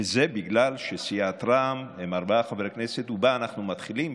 וזה בגלל שסיעת רע"מ הם ארבעה חברי כנסת ובה אנחנו מתחילים,